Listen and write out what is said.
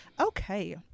Okay